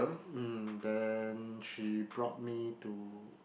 mm then she brought me to